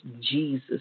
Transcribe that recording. Jesus